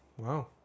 Wow